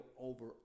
over